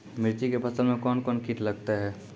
मिर्ची के फसल मे कौन कौन कीट लगते हैं?